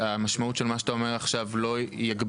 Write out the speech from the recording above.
המשמעות של מה שאתה אומר עכשיו לא יגביר